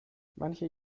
manche